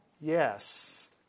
yes